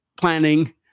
planning